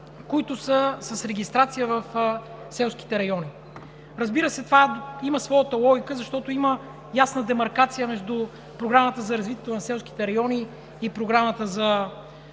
които са с регистрация в селските райони. Разбира се, това има своята логика, защото има ясна демаркация между Програмата за развитието на селските райони и Програмата за